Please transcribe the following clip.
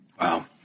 Wow